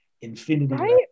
infinity